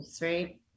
Right